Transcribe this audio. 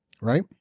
Right